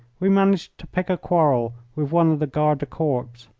we managed to pick a quarrel with one of the garde du corps,